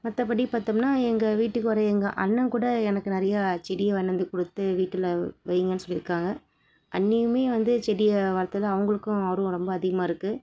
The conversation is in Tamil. மற்றப்படி பார்த்தோம்னா எங்கள் வீட்டுக்கு வர எங்கள் அண்ணன் கூட எனக்கு நிறையா செடி வாங்கிட்டு வந்து கொடுத்து வீட்டில் வையுங்கன்னு சொல்லியிருக்காங்க அண்ணியும் வந்து செடியை வளர்த்துத அவங்களுக்கும் ஆர்வம் ரொம்ப அதிகமாக இருக்குது